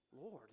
Lord